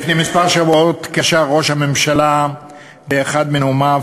לפני כמה שבועות קישר ראש הממשלה באחד מנאומיו